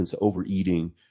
overeating